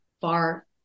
far